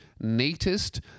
neatest